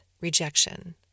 rejection